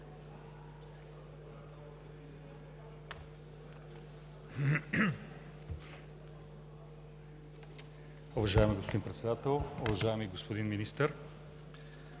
Уважаеми господин Председател! Уважаеми господин Министър,